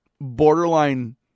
borderline